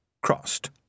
crossed